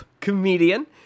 comedian